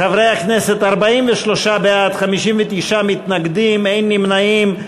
חברי הכנסת, 43 בעד, 59 מתנגדים, אין נמנעים.